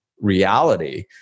reality